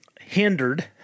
hindered